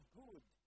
good